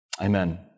Amen